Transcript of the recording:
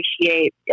appreciate